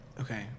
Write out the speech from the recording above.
Okay